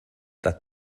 that